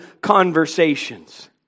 conversations